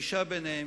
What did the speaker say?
בפגישה ביניהם,